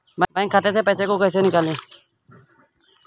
Bank खाते से पैसे को कैसे निकालें?